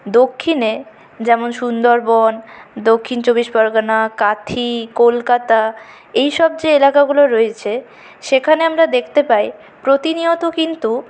দক্ষিণে যেমন সুন্দরবন দক্ষিণ চব্বিশ পরগণা কাঁথি কলকাতা এইসব যে এলাকাগুলো রয়েছে সেখানে আমরা দেখতে পাই প্রতিনিয়ত কিন্তু